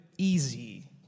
Easy